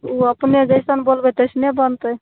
ओ अपने जैसन बोलबै तैसने बनतै